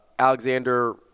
Alexander